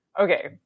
Okay